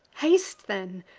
haste then,